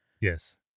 Yes